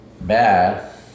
bad